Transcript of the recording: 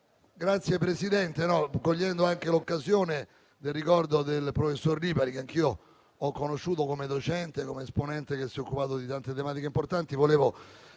Signor Presidente, cogliendo l'occasione del ricordo del professor Lipari, che anch'io ho conosciuto come docente che si è occupato di tante tematiche importanti, volevo